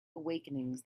awakenings